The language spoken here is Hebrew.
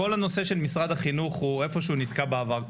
כל הנושא של משרד החינוך הוא איפה שהוא נתקע בעבר,